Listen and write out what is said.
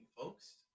folks